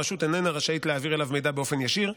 הרשות איננה רשאית להעביר אליו מידע באופן ישיר.